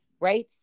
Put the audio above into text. right